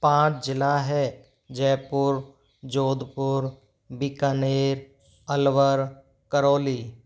पाँच ज़िले हैं जयपुर जोधपुर बीकानेर अलवर करौली